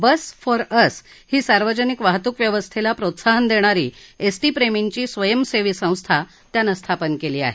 bus for Us ही सार्वजनिक वाहतूक व्यवस्थेला प्रोत्साहन देणारी एसटीप्रेमींची स्वयंसेवी संस्था त्यानं स्थापन केली आहे